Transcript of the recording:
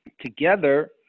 together